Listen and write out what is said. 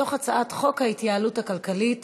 מתוך הצעת חוק ההתייעלות הכלכלית